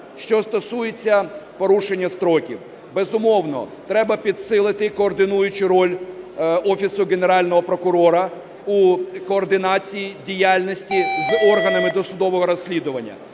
Що стосується порушення строків. Безумовно, треба підсилити координуючу роль Офісу Генерального прокурора у координації діяльності з органами досудового розслідування.